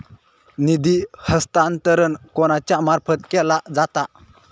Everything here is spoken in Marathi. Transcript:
निधी हस्तांतरण कोणाच्या मार्फत केला जाता?